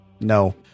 No